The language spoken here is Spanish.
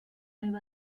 iba